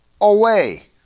away